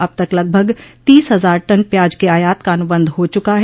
अब तक लगभग तीस हजार टन प्याज के आयात का अनुबंध हो चुका है